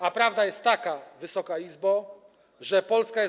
A prawda jest taka, Wysoka Izbo, że Polska jest.